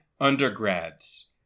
undergrads